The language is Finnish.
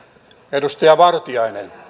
edustaja vartiainen